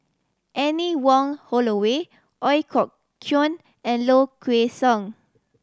Anne Wong Holloway Ooi Kok Chuen and Low Kway Song